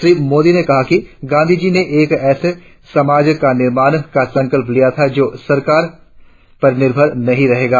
श्री मोदी ने कहा कि गांधीजी ने एक ऐसे समाज के निर्माण का संकलल्प लिया था जो सरकार पर निर्भर नहीं रहेगा